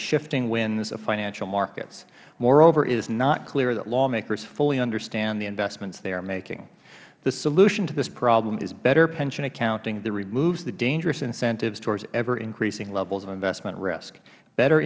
shifting winds of financial markets moreover it is not clear that lawmakers fully understand the investments they are making the solution to this problem is better pension accounting that removes the dangerous incentives towards ever increasing levels of investment risk better